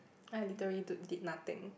like literally d~ did nothing